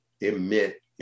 emit